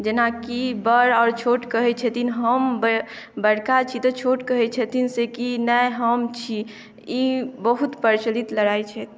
जेनाकि बड़ आओर छोट कहै छथिन हम बड़का छी तऽ छोट कहै छथिन से की नहि हम छी ई बहुत प्रचलित लड़ाई छथि